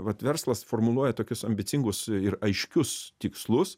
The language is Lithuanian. vat verslas formuluoja tokius ambicingus ir aiškius tikslus